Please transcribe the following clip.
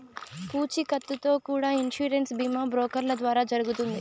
పూచీకత్తుతో కూడా ఇన్సూరెన్స్ బీమా బ్రోకర్ల ద్వారా జరుగుతుంది